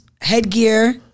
headgear